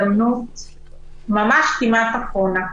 הזדמנות ממש כמעט אחרונה.